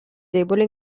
debole